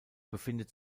befindet